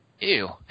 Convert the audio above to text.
Ew